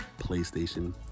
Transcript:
PlayStation